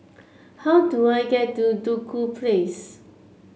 how do I get to Duku Place